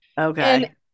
Okay